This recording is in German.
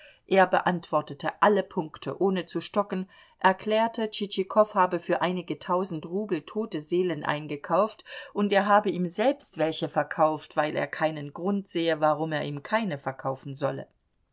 er beantwortete alle punkte ohne zu stocken erklärte tschitschikow habe für einige tausend rubel tote seelen eingekauft und er habe ihm selbst welche verkauft weil er keinen grund sehe warum er ihm keine verkaufen solle